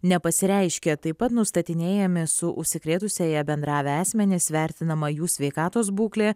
nepasireiškė taip pat nustatinėjami su užsikrėtusiąja bendravę asmenys vertinama jų sveikatos būklė